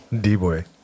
D-Boy